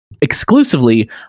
exclusively